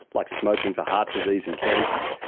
like smoking for heart disease and cancer,